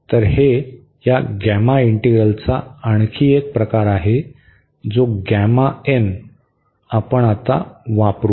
तर हे या गॅमा इंटीग्रलचा आणखी एक प्रकार आहे जो आपण आता वापरु